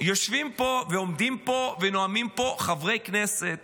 יושבים פה ועומדים פה ונואמים פה חברי כנסת